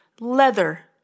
leather